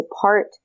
apart